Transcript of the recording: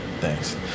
thanks